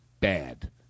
Bad